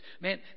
man